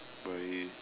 very